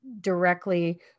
directly